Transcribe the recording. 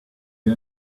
you